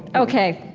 okay.